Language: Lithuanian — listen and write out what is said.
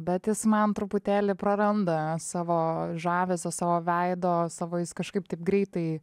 bet jis man truputėlį praranda savo žavesio savo veido savo jis kažkaip taip greitai